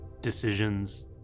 Decisions